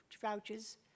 vouchers